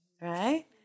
Right